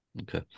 Okay